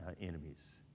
enemies